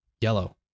yellow